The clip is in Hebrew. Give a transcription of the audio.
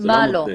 מה לא?